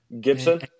Gibson